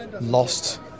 lost